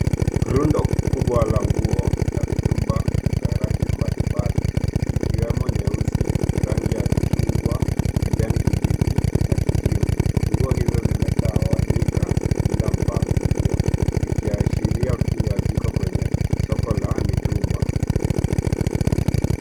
Rundo kubwa la ngo za mitumba za rangi mbali mbali ikiwemo nyeusi, rangi ya chugwa ,kijani kibichi na kijivu. Nguo hizo zimetawanyika mbila mpagilio ikiashiria kuwa ziko kwenye soko la mitumba.